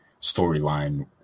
storyline